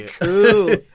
cool